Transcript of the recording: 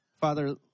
Father